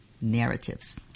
narratives